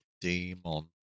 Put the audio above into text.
demon